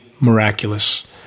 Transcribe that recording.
miraculous